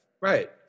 Right